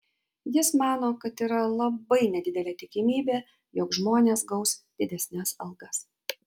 jis mano kad yra labai nedidelė tikimybė jog žmonės gaus didesnes algas